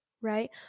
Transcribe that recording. right